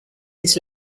his